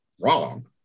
wrong